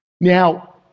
Now